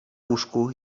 łóżku